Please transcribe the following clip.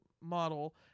model